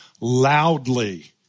loudly